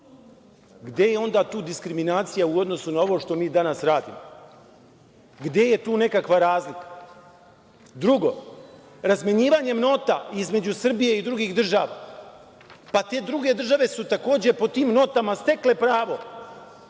Gde je onda tu diskriminacija u odnosu na ovo što mi danas radimo? Gde je tu nekakva razlika? Drugo, razmenjivanjem nota između Srbije i drugih država, te druge države su takođe po tim notama stekle pravo